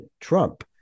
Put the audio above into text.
Trump